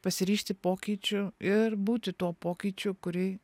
pasiryžti pokyčiu ir būti tuo pokyčiu kurį